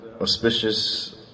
auspicious